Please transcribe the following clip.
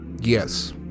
yes